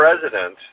president